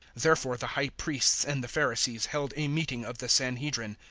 therefore the high priests and the pharisees held a meeting of the sanhedrin.